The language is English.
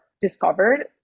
discovered